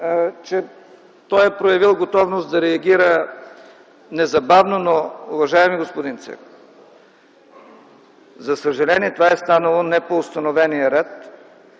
че той е проявил готовност да реагира незабавно, но, уважаеми господин Цеков, за съжаление това е станало не по установения ред.